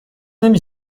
نمی